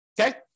okay